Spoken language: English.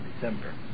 December